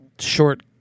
short